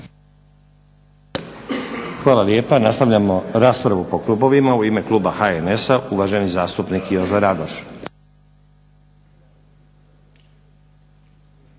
Hvala lijepa. Nastavljamo raspravu po klubovima. U ime kluba HNS-a, uvaženi zastupnik Jozo Radoš.